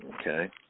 okay